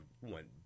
went